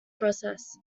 process